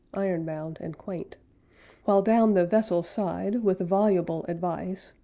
ironbound and quaint while down the vessel's side with voluble advice,